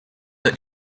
the